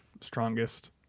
strongest